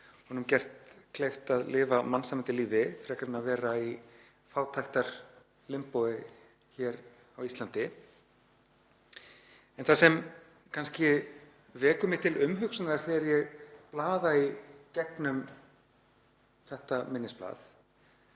honum gert kleift að lifa mannsæmandi lífi frekar en að vera í fátæktarlimbói hér á Íslandi. En það sem kannski vekur mig til umhugsunar þegar ég blaða í gegnum þetta minnisblað